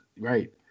right